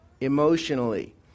emotionally